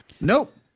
Nope